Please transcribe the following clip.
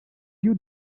you